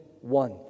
one